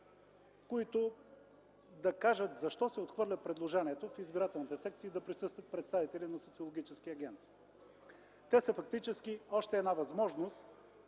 които да кажат защо се отхвърля предложението в избирателните секции да присъстват представители на социологически агенции. Те са още една възможност